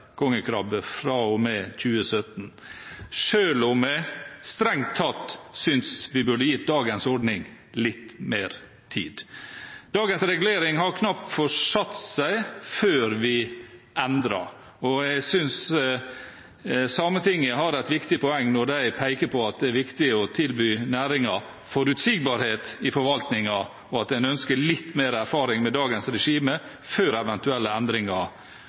2017, selv om jeg strengt tatt synes vi burde gitt dagens ordning litt mer tid. Dagens regulering har knapt fått satt seg før vi endrer. Jeg synes Sametinget har et viktig poeng når de peker på at det er viktig å tilby næringen forutsigbarhet i forvaltningen, og at en ønsker litt mer erfaring med dagens regime før eventuelle endringer